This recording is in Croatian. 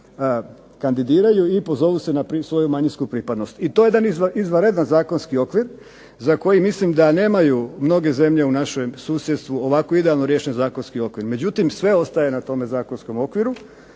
kandidiraju i pozovu se na svoju manjinsku pripadnost, i to je jedan izvanredan zakonski okvir, za koji mislim da nemaju mnoge zemlje u našem susjedstvu ovako idealno riješen zakonski okvir. Međutim sve ostaje na tome zakonskom okviru.